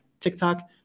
tiktok